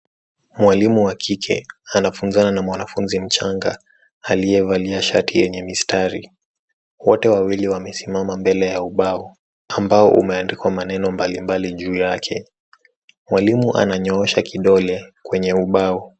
Mwalimu wa kike anafunzana na mwanafunzi mchanga, aliyevalia shati yenye mistari. Wote wawili wamesimama mbele ya ubao, ambao umeandikwa maneno mbalimbali juu yake. Mwalimu ananyoosha kidole kwenye ubao.